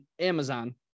Amazon